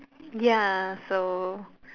ya so